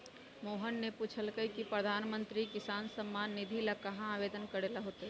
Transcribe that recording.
मोहन ने पूछल कई की प्रधानमंत्री किसान सम्मान निधि ला कहाँ आवेदन करे ला होतय?